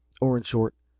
or, in short,